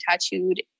tattooed